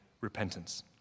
repentance